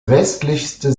westlichste